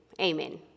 amen